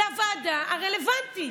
לוועדה הרלוונטית.